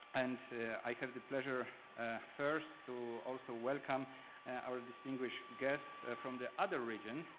and i have the pleasure first to also welcome our distinguished guests from the other region,